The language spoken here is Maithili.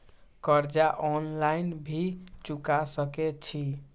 कर्जा ऑनलाइन भी चुका सके छी?